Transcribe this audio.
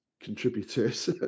contributors